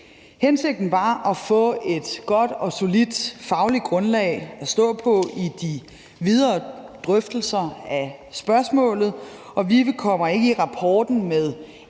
Hensigten var at få et godt og solidt fagligt grundlag at stå på i de videre drøftelser af spørgsmålet, og VIVE kommer ikke i rapporten med